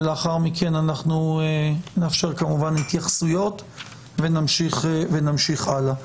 ולאחר מכן נאפשר כמובן התייחסויות ונמשיך הלאה.